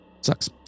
Sucks